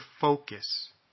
focus